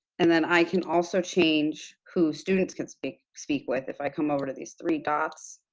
and then i can also change who students can speak speak with if i come over to these three dots.